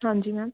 ਹਾਂਜੀ ਮੈਮ